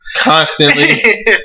Constantly